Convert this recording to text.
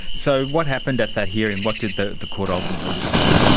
so what happened at that hearing, what did the the court ultimately decide?